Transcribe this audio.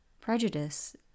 Prejudice